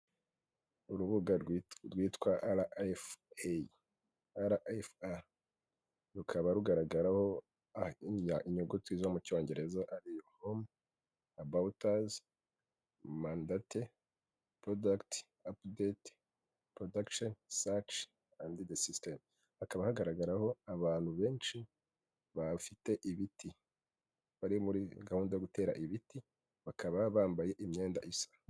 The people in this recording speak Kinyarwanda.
Urubuga rwitwa RFA. Rukaba rugaragaraho inyuguti zo mu cyongereza ari, home about us mandate product update production search and the system. Hakaba hagaragaraho abantu benshi bafite ibiti, bari muri gahunda yo gutera ibiti, bakaba bambaye imyenda isa.